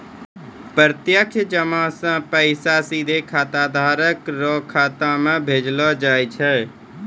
प्रत्यक्ष जमा से पैसा सीधे खाताधारी रो खाता मे भेजलो जाय छै